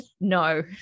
no